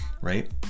right